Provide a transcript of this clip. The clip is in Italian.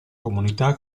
comunità